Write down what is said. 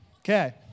Okay